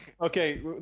okay